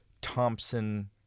Thompson-